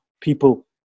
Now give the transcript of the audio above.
people